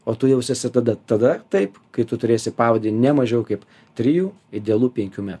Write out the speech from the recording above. o tu jausiesi tada tada taip kai tu turėsi pavadį ne mažiau kaip trijų idealu penkių me